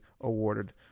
awarded